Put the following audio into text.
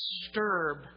disturb